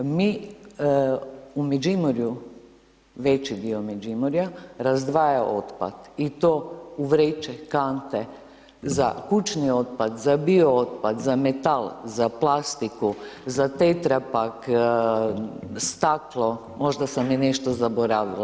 Mi u Međimurju, veći dio Međimurja, razdvaja otpad i to u vreće, kante, za kućni otpad, za bio otpad, za metal, za plastiku, za tetrapak, staklo, možda sam nešto i zaboravila.